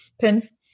PINs